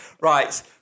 Right